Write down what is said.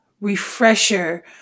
refresher